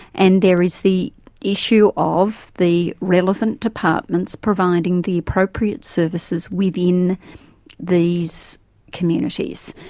and there is the issue of the relevant departments providing the appropriate services within these communities.